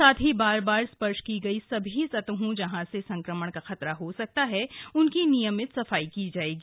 साथ ही बार बार स्पर्श की गयी सभी सतहों जहां से संक्रमण का खतरा हो उनकी नियमित सफाई की जाएगी